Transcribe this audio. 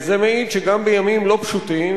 זה מעיד שגם בימים לא פשוטים,